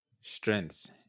strengths